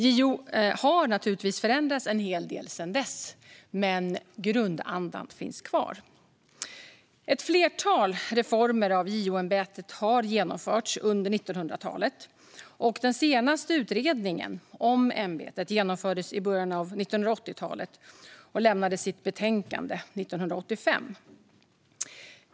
JO har naturligtvis förändrats en hel del sedan dess, men grundandan finns kvar. Ett flertal reformer av JO-ämbetet har genomförts under 1900-talet. Den senaste utredningen om ämbetet genomfördes i början av 1980-talet, och utredningen lämnade sitt betänkande 1985.